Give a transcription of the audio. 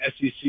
SEC